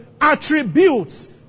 attributes